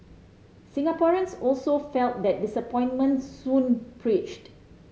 Singaporeans also felt the disappointment soon preached